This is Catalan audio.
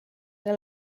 era